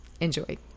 Enjoy